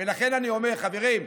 לכן אני אומר, חברים,